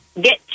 Get